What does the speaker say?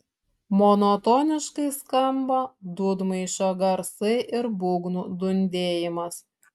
monotoniškai skamba dūdmaišio garsai ir būgnų dundėjimas